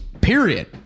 period